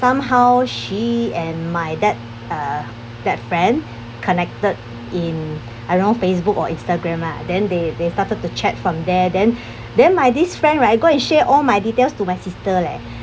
somehow she and my that uh that friend connected in around facebook or instagram ah then they they started to chat from there then then my this friend right go and share all my details to my sister leh